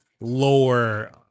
lower